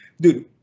Dude